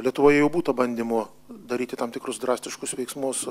lietuvoje jau būta bandymų daryti tam tikrus drastiškus veiksmus